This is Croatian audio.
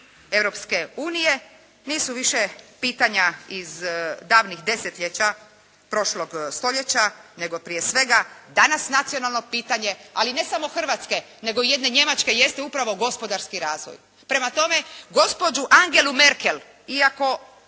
Europske unije nisu više pitanja iz davnih desetljeća prošlog stoljeća, nego prije svega danas nacionalno pitanje, ali ne samo Hrvatske nego i jedne Njemačke jeste upravo gospodarski razvoj. Prema tome, gospođu Angelu Merkel iako